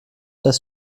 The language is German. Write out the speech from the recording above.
dass